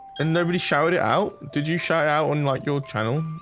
and nobody showered it out. did you shout out on like your channel?